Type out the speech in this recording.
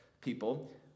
people